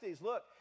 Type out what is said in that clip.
look